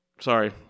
sorry